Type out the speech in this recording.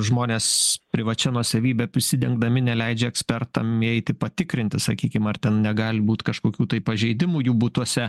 žmonės privačia nuosavybe prisidengdami neleidžia ekspertam įeiti patikrinti sakykim ar ten negali būt kažkokių tai pažeidimų jų butuose